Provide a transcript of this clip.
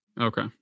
Okay